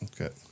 Okay